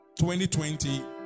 2020